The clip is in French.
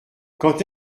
quand